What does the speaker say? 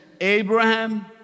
Abraham